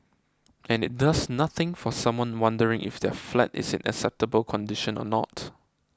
and it does nothing for someone wondering if their flat is in acceptable condition or not